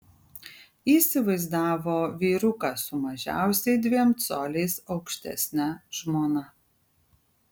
įsivaizdavo vyruką su mažiausiai dviem coliais aukštesne žmona